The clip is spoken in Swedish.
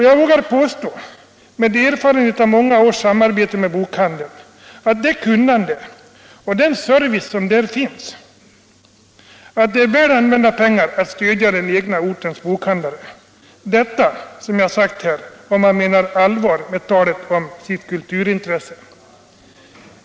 Jag vågar påstå, med erfarenhet av många års samarbete med bokhandeln, att med tanke på det kunnande och den service som där finns, är det väl använda pengar att stödja den egna ortens bokhandlare — detta, som sagt, om man menar allvar med talet om sitt kulturintresse.